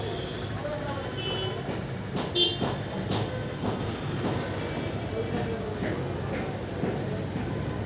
अनार मे vitamin C, के आ पोटेशियम होइ छै आ शरीर मे रक्त निर्माण मे सहायक होइ छै